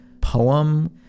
poem